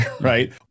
right